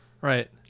Right